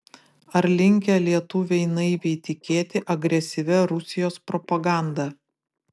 ar linkę lietuviai naiviai tikėti agresyvia rusijos propaganda